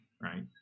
right